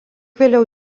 vėliau